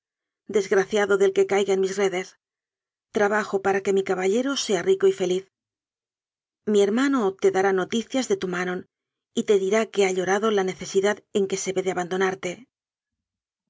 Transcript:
desgraciado del que caiga en mis redes trabajo para que mi caballero sea rico y feliz mi hermano te dará noticias de tu manon y te dirá que ha llorado la necesidad en que se ve de abandonarte